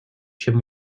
чем